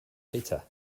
hitter